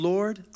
Lord